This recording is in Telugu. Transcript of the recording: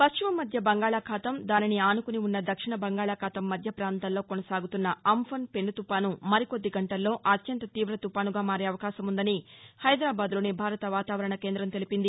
పశ్చిమ మధ్య బంగాళాఖాతం దానిని ఆనుకుని ఉన్న దక్షిణ బంగాళాఖాతం మధ్య పాంతాలలో కొనసాగుతున్న అంఫన్ పెనుతుఫాను మరికొద్ది గంటల్లో అత్యంత తీవ తుపానుగా మారే అవకాశం ఉందని హైదరాబాద్లోని భారత వాతావరణ కేందం తెలిపింది